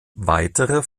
weitere